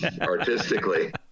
artistically